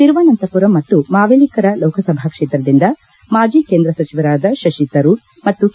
ತಿರುವಸಂತಪುರ ಮತ್ತು ಮಾವೆಲಿಕ್ಕರ ಲೋಕಸಭಾ ಕ್ಷೇತ್ರದಿಂದ ಮಾಜಿ ಕೇಂದ್ರ ಸಚಿವರಾದ ಶಶಿ ತರೂರ್ ಮತ್ತು ಕೆ